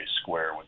square